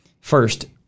First